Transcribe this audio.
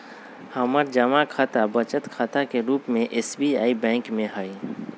हमर जमा खता बचत खता के रूप में एस.बी.आई बैंक में हइ